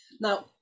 now